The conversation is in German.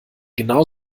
genau